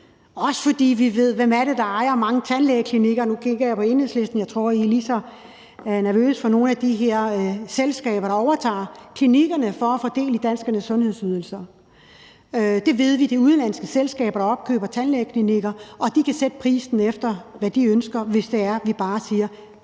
gratis, for hvem er det, der ejer mange tandlægeklinikker? Nu kigger jeg på Enhedslisten, for jeg tror, I er lige så nervøse for nogle af de her selskaber, der overtager klinikkerne for at få del i danskernes sundhedsydelser. Vi ved, at det er udenlandske selskaber, der opkøber tandlægeklinikker, og de kan sætte prisen efter, hvad de ønsker, hvis vi bare gør